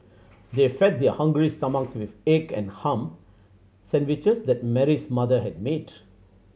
they fed their hungry stomachs with egg and ham sandwiches that Mary's mother had made